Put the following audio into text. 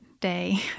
day